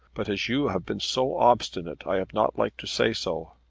but as you have been so obstinate i have not liked to say so.